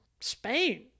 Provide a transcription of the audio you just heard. Spain